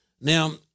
Now